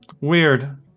Weird